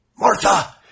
Martha